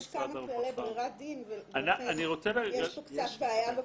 יש כמה כללי ברירת דין, יש פה קצת בעיה בפרשנות.